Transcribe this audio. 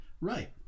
right